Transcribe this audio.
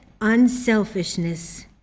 unselfishness